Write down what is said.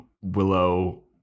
Willow